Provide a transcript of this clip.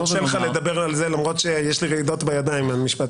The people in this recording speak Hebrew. אני אאפשר לך לדבר על זה למרות שיש לי רעידות בידיים על המשפט